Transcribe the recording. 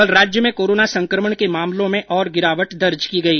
कल राज्य में कोरोना संक्रमण के मामलों में और गिरावट दर्ज की गई